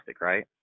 right